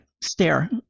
Stare